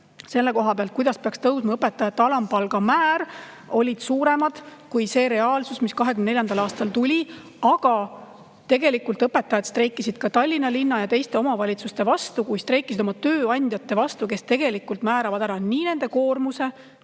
selle kohta, kui palju peaks tõusma õpetajate alampalga määr, olid suuremad kui see reaalsus, mis 2024. aastal tuli. Aga tegelikult õpetajad streikisid ka Tallinna linna ja teiste omavalitsuste kui oma tööandjate vastu, kes tegelikult määravad ära nii nende koormuse